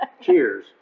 Cheers